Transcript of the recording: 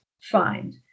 find